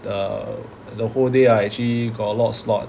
the the whole day ah actually got a lot of slot